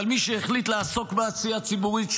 אבל מי שהחליט לעסוק בעשייה ציבורית,